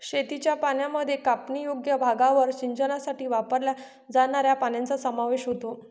शेतीच्या पाण्यामध्ये कापणीयोग्य भागावर सिंचनासाठी वापरल्या जाणाऱ्या पाण्याचा समावेश होतो